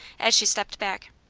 as she stepped back.